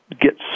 get